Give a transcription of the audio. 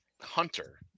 hunter